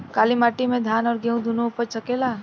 काली माटी मे धान और गेंहू दुनो उपज सकेला?